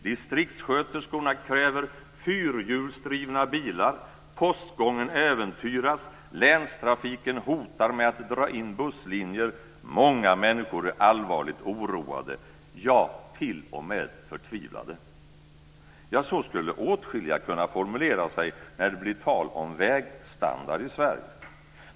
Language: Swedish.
Distriktssköterskorna kräver fyrhjulsdrivna bilar, postgången äventyras, länstrafiken hotar med att dra in busslinjer. Många människor är allvarligt oroade, ja t.o.m. förtvivlade. Så skulle åtskilliga kunna formulera sig när det blir tal om vägstandard i Sverige.